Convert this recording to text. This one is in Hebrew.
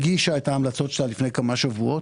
לפני כמה שבועות.